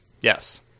Yes